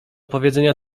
powiedzenia